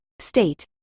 State